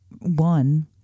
one